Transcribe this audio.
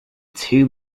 two